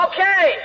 Okay